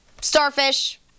starfish